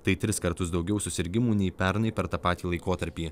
tai tris kartus daugiau susirgimų nei pernai per tą patį laikotarpį